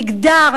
מגדר,